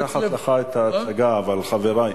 אני לא רוצה לקחת לך את ההצגה, אבל, חברי,